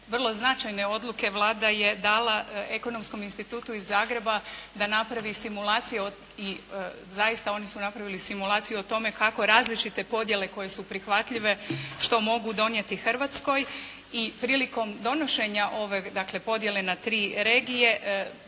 vrlo značajne odluke Vlada je dala Ekonomskom institutu iz Zagreba da napravi simulacije i zaista oni su napravili simulaciju o tome kako različite podjele koje su prihvatljive što mogu donijeti Hrvatskoj i prilikom donošenja dakle ove podjele na tri regije